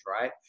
right